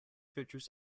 features